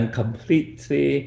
completely